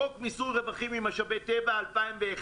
חוק מיסוי רווחים ממשאבי טבע 2011,